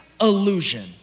illusion